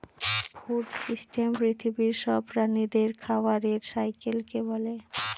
food system পৃথিবীর সব প্রাণীদের খাবারের সাইকেলকে বলে